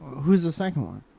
who's the second one?